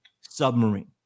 submarine